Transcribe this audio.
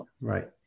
Right